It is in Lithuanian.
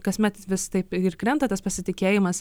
kasmet vis taip ir krenta tas pasitikėjimas